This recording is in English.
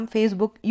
Facebook